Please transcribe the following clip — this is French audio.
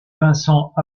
vincent